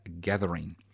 gathering